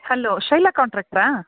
hello Shaila ಕಾಂಟ್ರ್ಯಾಕ್ಟ್ರಾ